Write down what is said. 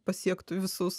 pasiektų visus